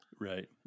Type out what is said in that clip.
Right